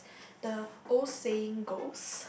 the old saying goes